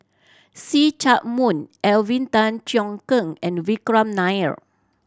See Chak Mun Alvin Tan Cheong Kheng and Vikram Nair